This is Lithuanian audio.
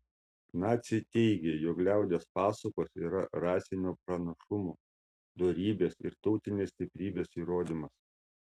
naciai teigė jog liaudies pasakos yra rasinio pranašumo dorybės ir tautinės stiprybės įrodymas